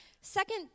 Second